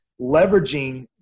leveraging